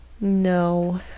No